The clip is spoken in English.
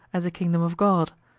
as a kingdom of god,